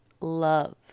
love